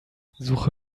suche